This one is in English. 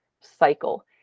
cycle